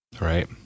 Right